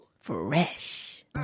Fresh